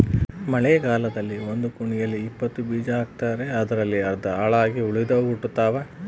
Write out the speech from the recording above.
ಮಳೆಗಾಲದಲ್ಲಿ ಒಂದು ಕುಣಿಯಲ್ಲಿ ಇಪ್ಪತ್ತು ಬೀಜ ಹಾಕ್ತಾರೆ ಅದರಲ್ಲಿ ಅರ್ಧ ಹಾಳಾಗಿ ಉಳಿದವು ಹುಟ್ಟುತಾವ